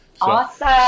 Awesome